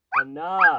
Enough